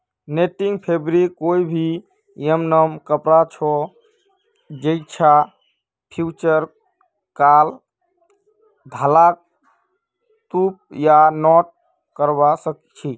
netting fabric कोई भी यममन कपड़ा छ जैइछा फ़्यूज़ क्राल धागाक लूप या नॉट करव सक छी